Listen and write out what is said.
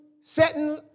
setting